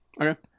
Okay